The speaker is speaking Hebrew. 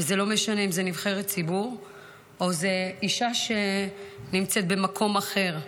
וזה לא משנה אם זאת נבחרת ציבור או זאת אישה שנמצאת במקום אחר.